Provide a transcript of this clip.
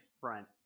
Front